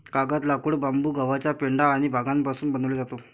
कागद, लाकूड, बांबू, गव्हाचा पेंढा आणि भांगापासून बनवले जातो